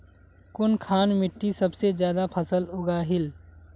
कुनखान मिट्टी सबसे ज्यादा फसल उगहिल?